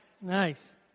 nice